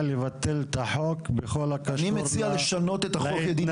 הוא מציע לבטל את החוק בכל הקשור להתנהלות